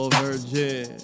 virgin